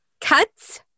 cuts